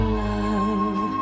love